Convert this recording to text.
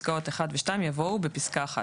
(1) ו-(2) יבוא "בפסקה (1)",